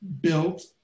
built